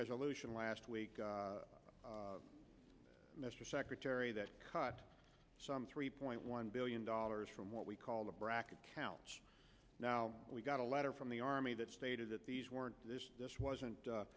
resolution last week mr secretary that cut some three point one billion dollars from what we call the bracket accounts now we got a letter from the army that stated that these weren't just wasn't